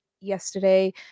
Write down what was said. yesterday